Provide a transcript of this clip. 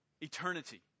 Eternity